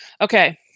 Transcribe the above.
okay